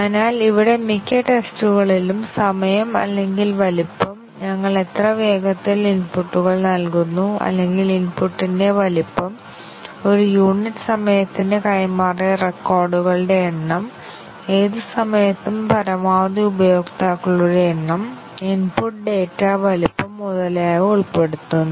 അതിനാൽ ഇവിടെ മിക്ക ടെസ്റ്റുകളിലും സമയം അല്ലെങ്കിൽ വലിപ്പം ഞങ്ങൾ എത്ര വേഗത്തിൽ ഇൻപുട്ടുകൾ നൽകുന്നു അല്ലെങ്കിൽ ഇൻപുട്ടിന്റെ വലുപ്പം ഒരു യൂണിറ്റ് സമയത്തിന് കൈമാറിയ റെക്കോർഡുകളുടെ എണ്ണം ഏത് സമയത്തും പരമാവധി ഉപയോക്താക്കളുടെ എണ്ണം ഇൻപുട്ട് ഡാറ്റ വലുപ്പം മുതലായവ ഉൾപ്പെടുന്നു